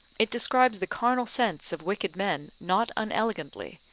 it describes the carnal sense of wicked men not unelegantly,